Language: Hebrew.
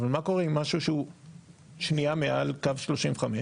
אבל מה קורה עם משהו שהוא שנייה מעל קו 35?